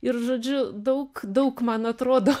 ir žodžiu daug daug man atrodo